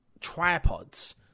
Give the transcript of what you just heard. tripods